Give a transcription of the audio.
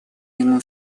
ему